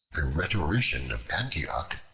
a rhetorician of antioch,